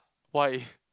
why